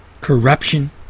Corruption